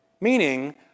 Meaning